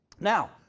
Now